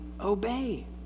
obey